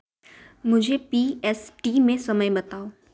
मुझे P S T में समय बताओ